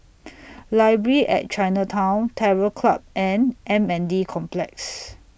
Library At Chinatown Terror Club and M N D Complex